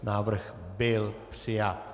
Návrh byl přijat.